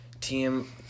team